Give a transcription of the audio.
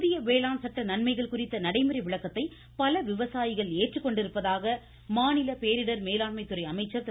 புதிய வேளாண் சட்ட நன்மைகள் குறித்த நடைமுறை விளக்கத்தை பல விவசாயிகள் ஏற்றுக்கொண்டிருப்பதாக மாநில பேரிடர் மேலாண்மை துறை அமைச்சர் திரு